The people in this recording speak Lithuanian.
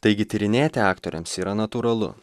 taigi tyrinėti aktoriams yra natūralu